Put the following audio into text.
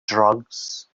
drugs